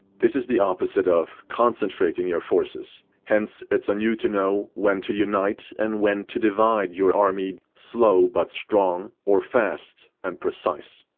this is the opposite of concentrating your forces, hence it's on you to know, when to unite and when to divide your army. slow, but strong or fast and precise.